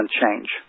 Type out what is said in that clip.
change